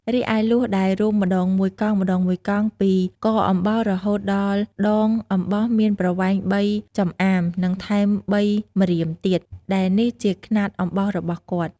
រីឯ លួសដែលរុំម្តងមួយកង់ៗពី កអំបោសរហូតដល់ដងអំបោសមានប្រវែង៣ចំអាមនិងថែម៣ ម្រៀម ទៀត ដែលនេះជាខ្នាតអំបោសរបស់គាត់។